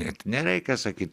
net nereikia sakyt